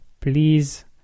please